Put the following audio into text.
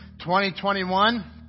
2021